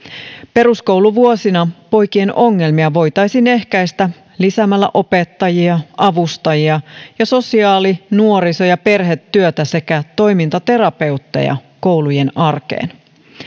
peruskouluvuosina poikien ongelmia voitaisiin ehkäistä lisäämällä opettajia avustajia ja sosiaali nuoriso ja perhetyötä sekä toimintaterapeutteja koulujen arkeen